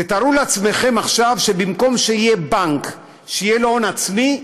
תתארו לעצמכם עכשיו שבמקום שיהיה בנק שיהיה לו הון עצמי,